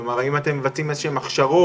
כלומר האם אתם מבצעים איזה שהם הכשרות,